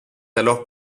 alors